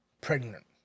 Pregnant